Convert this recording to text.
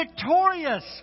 victorious